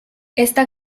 esta